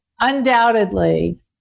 undoubtedly